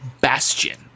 bastion